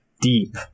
deep